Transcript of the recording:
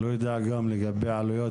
אני לא יודע גם לגבי עלויות,